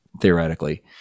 theoretically